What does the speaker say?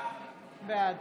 בעד